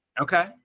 Okay